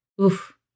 Oof